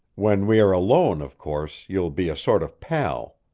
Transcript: when we are alone, of course, you'll be a sort of pal.